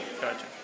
Gotcha